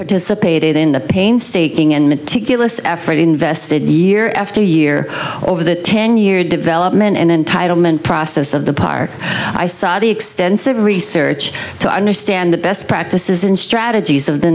participated in the painstaking and meticulous effort invested a year after year or the ten year development entitlement process of the park i saw the extensive research to understand the best practices and strategies of the